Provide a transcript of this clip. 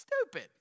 Stupid